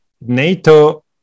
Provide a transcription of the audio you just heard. NATO